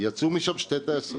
יצאו משם שתי טייסות,